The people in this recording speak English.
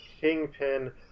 kingpin